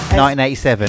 1987